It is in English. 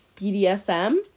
BDSM